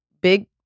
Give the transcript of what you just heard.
big